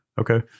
Okay